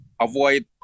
avoid